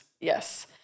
Yes